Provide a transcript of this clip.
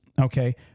Okay